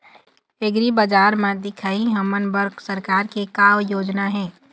एग्रीबजार म दिखाही हमन बर सरकार के का योजना हे?